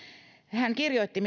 hän kirjoitti